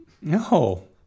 no